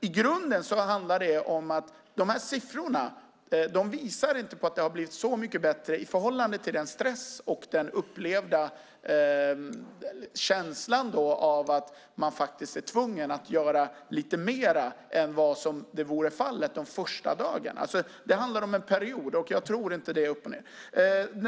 I grunden handlar det dock om att dessa siffror inte visar på att det har blivit så mycket bättre i förhållande till stressen och upplevda känslan av att man faktiskt är tvungen att göra lite mer än vad som vore fallet de första dagarna. Det handlar alltså om en period, och jag tror inte att det är uppochned.